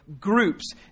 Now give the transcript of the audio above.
groups